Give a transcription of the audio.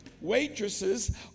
waitresses